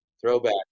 throwback